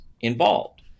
involved